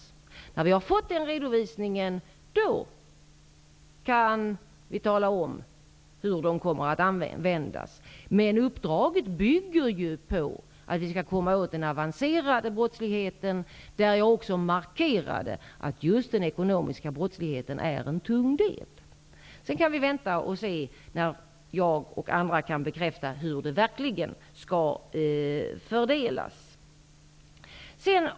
Om regeringen hade fått den redovisningen skulle jag ha kunnat tala om hur pengarna kommer att användas. Uppdraget bygger emellertid på att vi skall komma åt den avancerade brottsligheten. Jag markerade även att just den ekonomiska brottsligheten är en tung del. Vi får vänta och se till dess jag och andra kan bekräfta hur medlen verkligen skall fördelas.